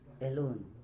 alone